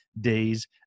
days